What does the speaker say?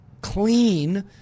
clean